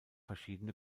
verschiedene